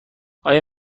آیا